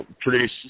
produce